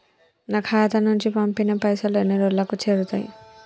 నా ఖాతా నుంచి పంపిన పైసలు ఎన్ని రోజులకు చేరుతయ్?